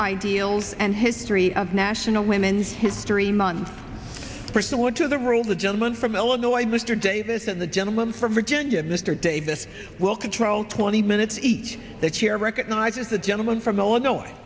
ideals and history of national women's history month for soar to the rule of the gentleman from illinois mr davis and the gentleman from virginia mr davis will control twenty minutes each the chair recognizes the gentleman from illinois